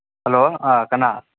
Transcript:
hello ꯑꯥ ꯀꯅꯥ